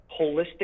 holistic